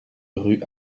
rue